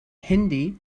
hindi